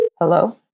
Hello